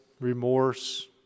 remorse